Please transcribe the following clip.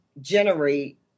generate